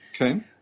Okay